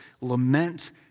lament